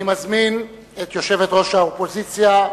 אני מזמין את יושבת-ראש האופוזיציה,